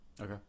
Okay